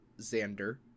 Xander